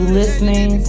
listening